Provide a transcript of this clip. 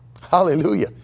hallelujah